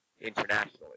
internationally